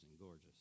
gorgeous